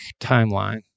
timeline